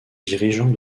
dirigeant